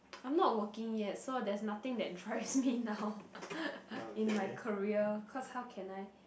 I'm not working yet so there's nothing that drives me now in my career cause how can I